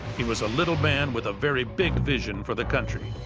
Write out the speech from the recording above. he was a little man with a very big vision for the country,